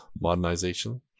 modernization